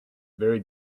very